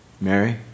Mary